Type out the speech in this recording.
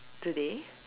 today